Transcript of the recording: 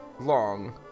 Long